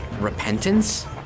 Repentance